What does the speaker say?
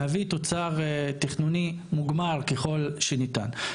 להביא תוצר תכנוני מוגמר ככל שניתן.